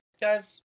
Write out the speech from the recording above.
guys